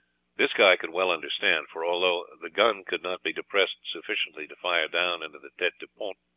this guy could well understand, for although the guns could not be depressed sufficiently to fire down into the tete du pont,